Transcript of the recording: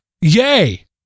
Yay